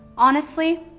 honestly,